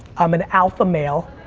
i'm an alpha male,